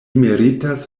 meritas